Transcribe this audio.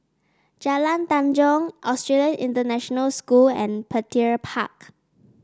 Jalan Tanjong Australian International School and Petir Park